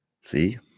see